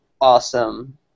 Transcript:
awesome